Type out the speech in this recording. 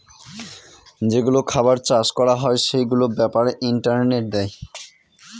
যেগুলো খাবার চাষ করা হয় সেগুলোর ব্যাপারে ইন্টারনেটে দেয়